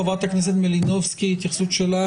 חברת הכנסת מלינובסקי, התייחסות שלך.